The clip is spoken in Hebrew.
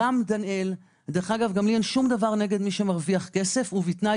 גם אין לי שום דבר נגד מי שמרוויח כסף ובתנאי